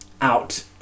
out